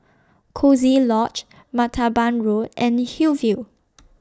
Coziee Lodge Martaban Road and Hillview